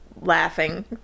laughing